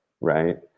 right